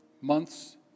months